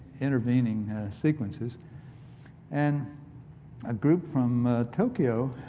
intervening sequences and a group from tokyo